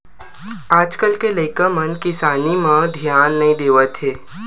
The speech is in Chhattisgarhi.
आज कल के लइका मन किसानी म धियान नइ देवत हे